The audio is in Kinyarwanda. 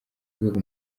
rwego